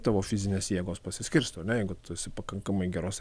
tavo fizinės jėgos pasiskirsto jeigu tu esi pakankamai geros